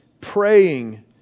praying